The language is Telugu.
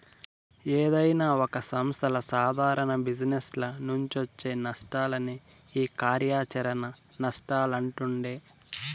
ఏదైనా ఒక సంస్థల సాదారణ జిజినెస్ల నుంచొచ్చే నష్టాలనే ఈ కార్యాచరణ నష్టాలంటుండె